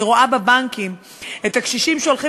אני רואה בבנקים את הקשישים שהולכים